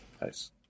Nice